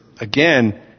again